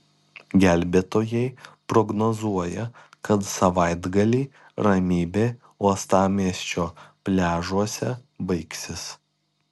gelbėtojai prognozuoja kad savaitgalį ramybė uostamiesčio pliažuose baigsis